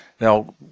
Now